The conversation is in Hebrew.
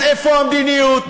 אז איפה המדיניות?